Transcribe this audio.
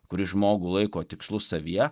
kuris žmogų laiko tikslu savyje